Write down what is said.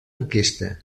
enquesta